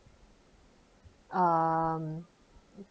um